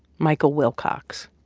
michael wilcox.